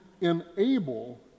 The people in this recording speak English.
enable